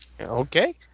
Okay